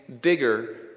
bigger